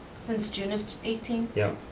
since june of eighteen? yeah.